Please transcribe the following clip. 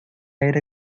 aire